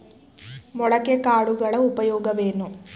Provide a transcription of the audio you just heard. ಮೊಳಕೆ ಕಾಳುಗಳ ಉಪಯೋಗವೇನು?